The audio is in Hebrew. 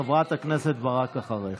חברת הכנסת ברק אחריך.